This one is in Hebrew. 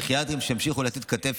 שימשיכו לתת כתף.